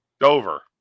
Dover